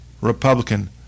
Republican